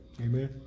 Amen